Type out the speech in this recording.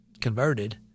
converted